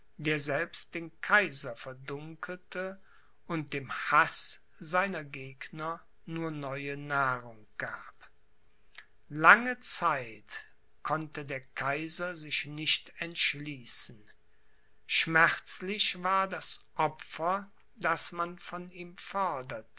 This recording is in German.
der selbst den kaiser verdunkelte und dem haß seiner gegner nur neue nahrung gab lange zeit konnte der kaiser sich nicht entschließen schmerzlich war das opfer das man von ihm forderte